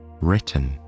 written